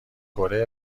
کره